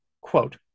quote